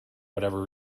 whatever